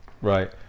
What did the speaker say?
Right